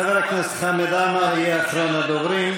חבר הכנסת חמד עמאר יהיה אחרון הדוברים,